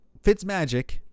Fitzmagic